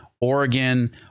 Oregon